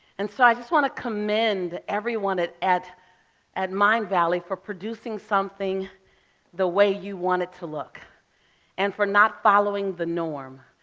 and so i just wanna commend everyone at at mindvalley for producing something the way you want it to look and for not following the norm.